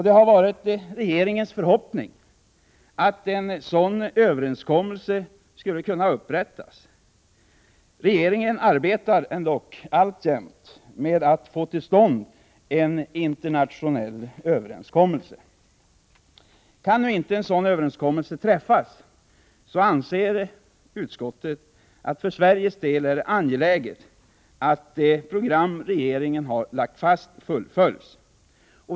Det har varit regeringens förhoppning att en sådan överenskommelse skulle kunna upprättas. Regeringen arbetar dock alltjämt med att få till stånd en internationell överenskommelse. Kan nu inte en sådan överenskommelse träffas anser utskottet att det för Sveriges del är angeläget att det program regeringen har lagt fast fullföljs.